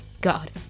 god